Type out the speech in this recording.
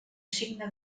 signe